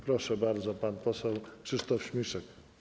Proszę bardzo, pan poseł Krzysztof Śmiszek.